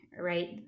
right